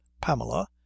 pamela